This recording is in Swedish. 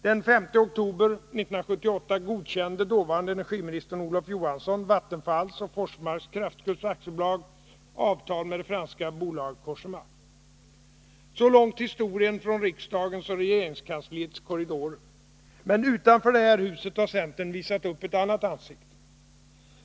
Den 5 oktober 1978 godkände dåvarande energiministern Olof Johansson Vattenfalls och Forsmarks Kraftgrupp AB:s avtal med det franska bolaget Cogéma. Så långt historien från riksdagens och regeringskansliets korridorer — men utanför det här huset har centern visat upp ett annat ansikte.